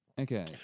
Okay